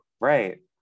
Right